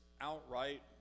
outright